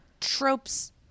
tropes